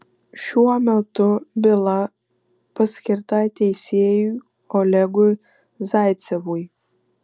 šiuo metu byla paskirta teisėjui olegui zaicevui